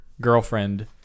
girlfriend